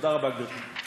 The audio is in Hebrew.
תודה רבה, גברתי.